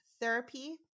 therapy